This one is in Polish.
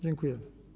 Dziękuję.